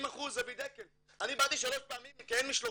30% --- אני שלוש פעמים באתי אליהם כי אין משלוחים,